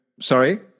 sorry